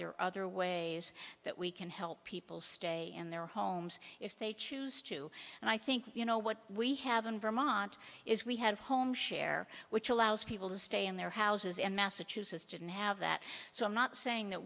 there other ways that we can help people stay in their homes if they choose to and i think you know what we have in vermont is we have home share which allows people to stay in their houses in massachusetts didn't have that so i'm not saying that